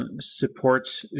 support